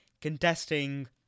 contesting